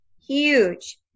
Huge